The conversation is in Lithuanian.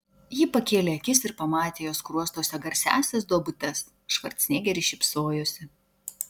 ji pakėlė akis ir pamatė jo skruostuose garsiąsias duobutes švarcnegeris šypsojosi